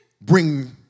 Bring